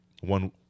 one